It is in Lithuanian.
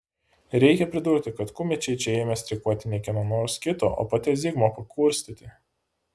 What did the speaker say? reikia pridurti kad kumečiai čia ėmė streikuoti ne kieno nors kito o paties zigmo pakurstyti